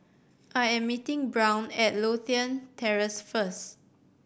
I am meeting Brown at Lothian Terrace first